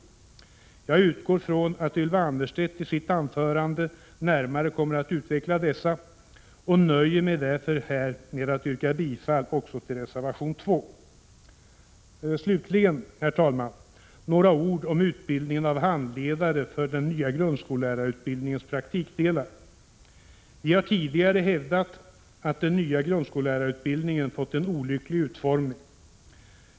Jag utgår från att Ylva Annerstedt i sitt anförande närmare kommer att utveckla dessa och nöjer mig därför med att här yrka bifall också till reservation 2. Slutligen, herr talman, några ord om utbildningen av handledare för den nya grundskollärarutbildningens praktikdelar. Vi har tidigare hävdat att den nya grundskollärarutbildningen fått en olycklig utformning.